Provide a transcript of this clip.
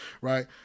right